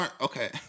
okay